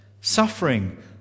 suffering